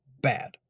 bad